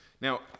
Now